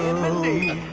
mindy,